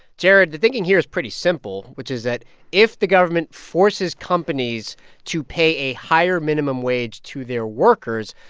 jared, the thinking here is pretty simple, which is that if the government forces companies to pay a higher minimum wage to their workers,